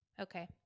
Okay